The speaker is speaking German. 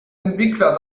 entwickler